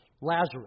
Lazarus